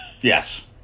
Yes